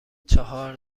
چهار